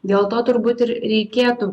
dėl to turbūt ir reikėtų